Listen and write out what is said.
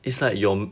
it's like your